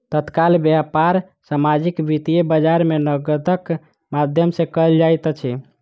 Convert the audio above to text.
तत्काल व्यापार सामाजिक वित्तीय बजार में नकदक माध्यम सॅ कयल जाइत अछि